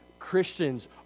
Christians